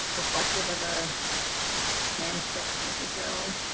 reflective of a manuscript necessarily.